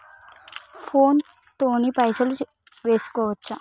Phone తోని పైసలు వేసుకోవచ్చా?